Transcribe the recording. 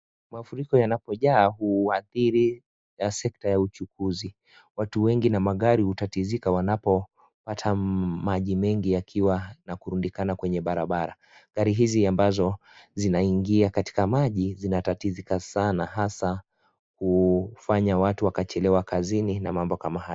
Mafuriko yanapojaa huathiri sekta ya uchukuzi. Watu wengi na magari hutatizika wanapopata maji mengi yakiwa yanaburudikana kwenye barabara. Gari hizi ambazo zinaingia katika maji zinatatizika sana hasa kufanya watu wakachelewa kazini na mambo kama haya.